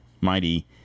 mighty